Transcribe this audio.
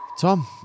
Tom